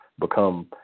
become